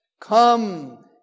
Come